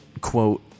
quote